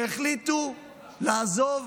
כשהחליטו לעזוב